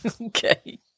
Okay